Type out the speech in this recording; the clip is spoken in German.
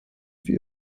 für